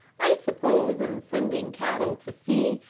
i suppose in sending cattle to sea,